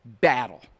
battle